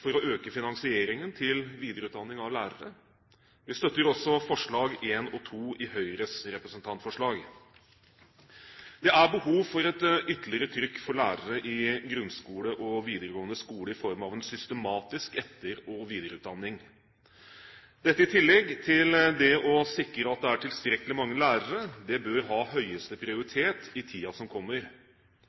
for å øke finansieringen til videreutdanning av lærerne. Vi støtter også forslagene nr. 1 og 2 i Høyres representantforslag. Det er behov for et ytterligere trykk for lærere i grunnskole og videregående skole i form av en systematisk etter- og videreutdanning. Dette, i tillegg til å sikre at det er tilstrekkelig mange lærere, bør ha høyeste prioritet i tiden som kommer.